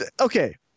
Okay